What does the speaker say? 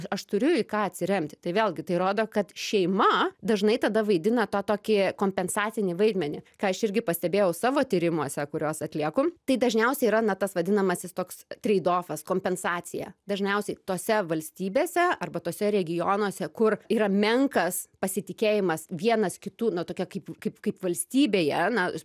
aš turiu į ką atsiremti tai vėlgi tai rodo kad šeima dažnai tada vaidina tą tokį kompensacinį vaidmenį ką aš irgi pastebėjau savo tyrimuose kuriuos atlieku tai dažniausiai yra na tas vadinamasis toks treidofas kompensacija dažniausiai tose valstybėse arba tuose regionuose kur yra menkas pasitikėjimas vienas kitu na tokia kaip kaip kaip valstybėje na